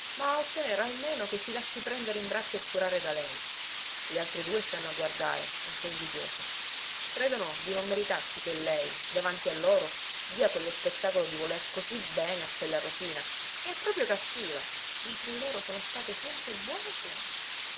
ma a ottenere almeno che si lasci prendere in braccio e curare da lei le altre due stanno a guardare un po invidiose credono di non meritarsi che lei davanti a loro dia quello spettacolo di voler così bene a quella rosina che è proprio cattiva mentre loro sono state sempre buone buone